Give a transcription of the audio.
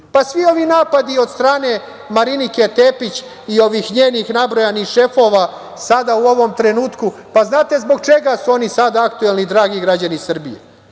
Tepić. Svi ovi napadi od strane Marinike Tepić i ovih njenih nabrojanih šefova sada u ovom trenutku, pa znate li zbog čega su oni sada aktuelni, dragi građani Srbije?